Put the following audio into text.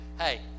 Hey